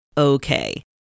Okay